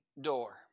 door